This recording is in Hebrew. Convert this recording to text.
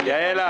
ממשלה.